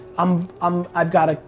i'm, um, i've gotta,